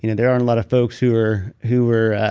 you know there aren't a lot of folks who are who are